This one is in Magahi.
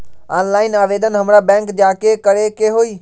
ऑनलाइन आवेदन हमरा बैंक जाके करे के होई?